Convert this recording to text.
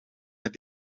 met